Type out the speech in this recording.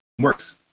works